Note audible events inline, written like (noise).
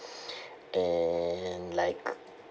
(breath) and like